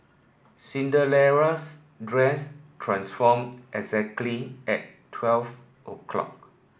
dress transformed exactly at twelve o'clock